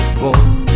boy